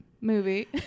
movie